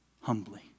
humbly